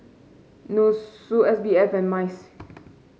NUSSU S B F and MICE